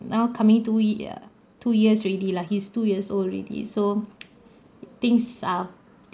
now coming two uh two years already lah he's two years old already so things are